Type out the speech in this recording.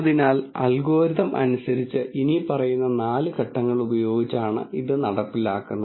അതിനാൽ അൽഗോരിതം അനുസരിച്ച് ഇനിപ്പറയുന്ന നാല് ഘട്ടങ്ങൾ ഉപയോഗിച്ചാണ് ഇത് നടപ്പിലാക്കുന്നത്